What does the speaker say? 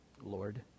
Lord